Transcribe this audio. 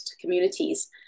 communities